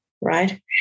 right